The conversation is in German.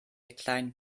klein